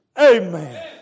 Amen